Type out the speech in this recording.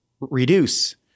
reduce